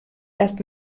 erst